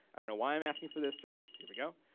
i don't know why i'm asking for this, just, here we go.